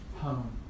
home